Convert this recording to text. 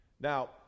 Now